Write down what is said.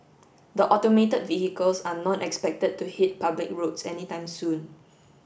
the automated vehicles are not expected to hit public roads anytime soon